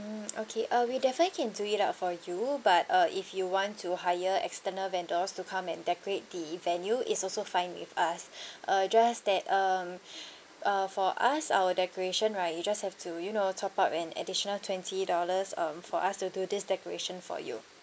mm okay uh we definitely can do it up for you but uh if you want to hire external vendors to come and decorate the venue is also fine with us uh just that um uh for us our decoration right you just have to you know top up an additional twenty dollars um for us to do this decoration for you